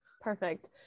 Perfect